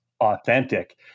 authentic